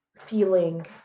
feeling